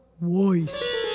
Voice